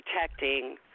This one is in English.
protecting